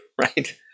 right